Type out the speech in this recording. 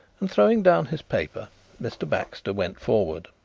and throwing down his paper mr. baxter went forward.